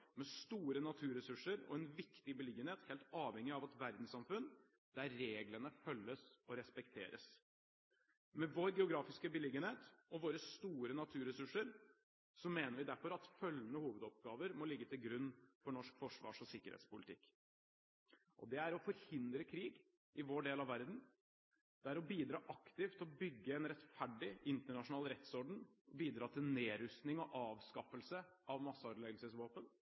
med store naturressurser og en viktig beliggenhet helt avhengig av et verdenssamfunn der reglene følges og respekteres. Med vår geografiske beliggenhet og våre store naturressurser mener vi derfor at følgende hovedoppgaver må ligge til grunn for norsk forsvars- og sikkerhetspolitikk: å forhindre krig i vår del av verden å bidra aktivt til å bygge en rettferdig internasjonal rettsorden å bidra til nedrustning og avskaffelse av